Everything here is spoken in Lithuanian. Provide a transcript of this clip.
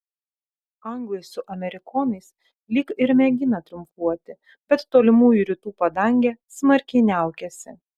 anglai su amerikonais lyg ir mėgina triumfuoti bet tolimųjų rytų padangė smarkiai niaukiasi